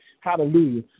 Hallelujah